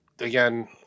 again